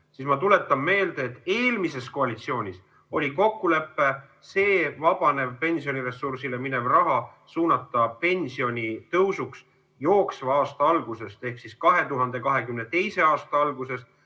siis ma tuletan meelde, et eelmises koalitsioonis oli kokkulepe suunata pensioniressursist vabanev raha pensionitõusuks jooksva aasta algusest ehk 2022. aasta algusest,